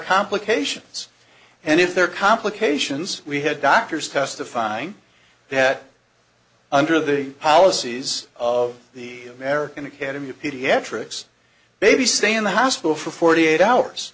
complications and if there are complications we had doctors testifying that under the policies of the american academy of pediatrics maybe stay in the hospital for forty eight hours